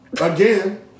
Again